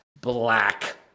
black